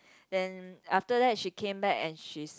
then after that she came back and she s~